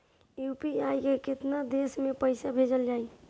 UPI से केतना देर मे पईसा भेजा जाई?